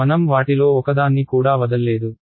మనం వాటిలో ఒకదాన్ని కూడా వదల్లేదు మనం ∇